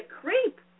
creep